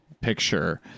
picture